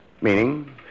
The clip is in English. Meaning